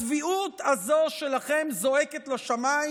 הצביעות הזו שלכם זועקת לשמיים.